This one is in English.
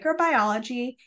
microbiology